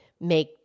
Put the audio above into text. make